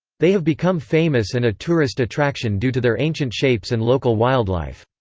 they have become famous and a tourist attraction due to their ancient shapes and local wildlife.